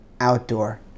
outdoor